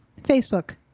Facebook